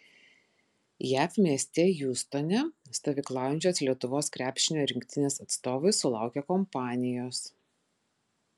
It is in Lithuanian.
jav mieste hjustone stovyklaujančios lietuvos krepšinio rinktinės atstovai sulaukė kompanijos